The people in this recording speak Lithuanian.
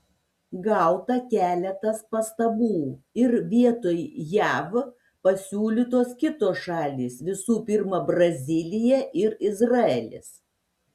gauta keletas pastabų ir vietoj jav pasiūlytos kitos šalys visų pirma brazilija ir izraelis